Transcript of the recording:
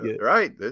Right